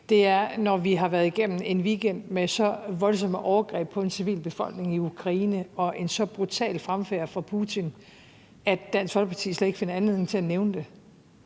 det, når vi har været igennem en weekend med så voldsomme overgreb på en civilbefolkning i Ukraine og en så brutal fremfærd af Putin. Altså, vi står med en krig på vores eget